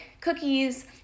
cookies